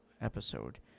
Episode